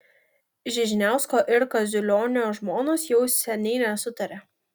žižniausko ir kaziulionio žmonos jau seniai nesutaria